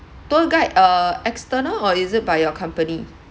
tour guide uh external or is it by your company